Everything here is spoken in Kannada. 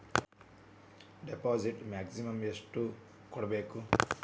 ಡಿಪಾಸಿಟ್ ಮ್ಯಾಕ್ಸಿಮಮ್ ಎಷ್ಟು ಮಾಡಬೇಕು?